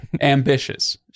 ambitious